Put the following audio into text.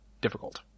difficult